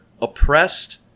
oppressed